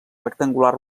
rectangular